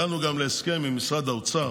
הגענו גם להסכם עם משרד האוצר,